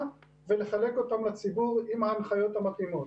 ולחלק אותם לציבור עם ההנחיות המתאימות.